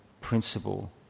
principle